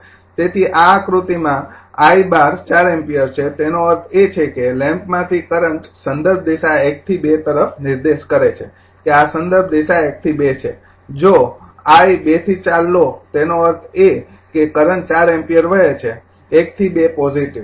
તેથી આ આકૃતિમાં I૧૨ ૪ એમ્પીયર છે તેનો અર્થ એ છે કે લૅમ્પમાથી કરંટ સંદર્ભ દિશા ૧ થી ૨ તરફ નિર્દેશ કરે છે કે આ સંદર્ભ દિશા ૧ થી ૨ છે કે જો I ૨ થી ૪ લો તેનો અર્થ એ કે કરંટ ૪ એમ્પીયર વહે છે ૧ થી ૨ પોઝિટિવ